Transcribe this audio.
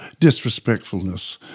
disrespectfulness